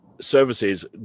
services